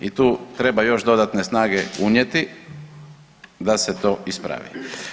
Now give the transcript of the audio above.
I tu treba još dodatne snage unijeti da se to ispravi.